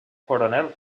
coronel